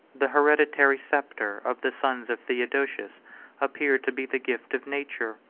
the hereditary sceptre of the sons of theodosius appeared to be the gift of nature,